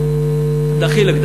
דחילק,